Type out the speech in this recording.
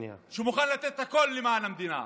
שמוכן לתת הכול למען המדינה?